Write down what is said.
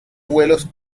vuelos